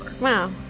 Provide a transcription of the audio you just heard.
Wow